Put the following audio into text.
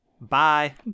Bye